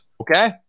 Okay